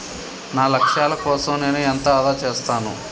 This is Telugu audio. నా లక్ష్యాల కోసం నేను ఎంత ఆదా చేస్తాను?